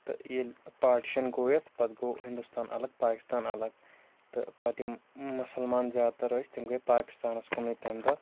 تہٕ ییٚلہِ پاٹِشَن گوٚو یَتھ پَتہٕ گوٚو ہِنٛدُستان اَلگ پاکِستان اَلگ تہٕ پَتہٕ یِم مسلمان زیادٕ تَر ٲسۍ تِم گٔے پاکِستانَس کُنُے تَمہِ دۄہ